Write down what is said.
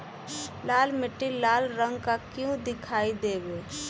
लाल मीट्टी लाल रंग का क्यो दीखाई देबे?